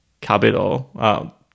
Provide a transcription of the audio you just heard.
capital